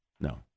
No